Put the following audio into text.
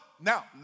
now